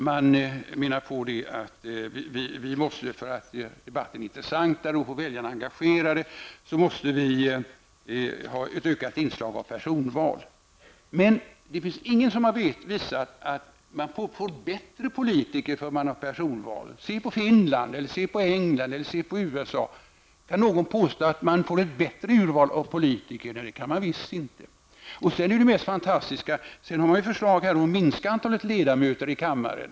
Man säger att vi för att göra debatten intressantare och få väljarna engagerade måste ha ett ökat inslag av personval. Det finns emellertid ingen som har kunnat påvisa att man får bättre politiker därför att man har personval. Se på Finland, England och USA! Kan någon påstå att man där har ett bättre urval av politiker? Det mest fantastiska är att man sedan har ett förslag om att minska antalet ledamöter i kammaren.